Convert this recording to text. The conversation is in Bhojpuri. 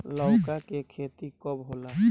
लौका के खेती कब होला?